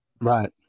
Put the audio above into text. Right